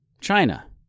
China